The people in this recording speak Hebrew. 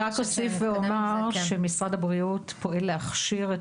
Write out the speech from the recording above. אני רק אוסיף ואומר שמשרד הבריאות פועל להכשיר את